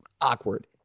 awkward